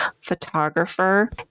photographer